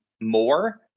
more